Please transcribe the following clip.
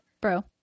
Bro